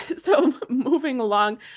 so moving along.